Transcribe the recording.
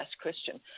Christian